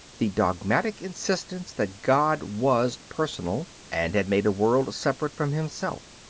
the dogmatic insistence that god was personal, and had made a world separate from himself.